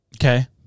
Okay